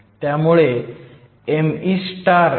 त्यामुळे meme हे 0